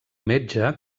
metge